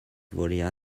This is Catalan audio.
volia